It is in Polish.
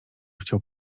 chciał